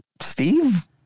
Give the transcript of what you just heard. Steve